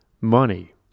money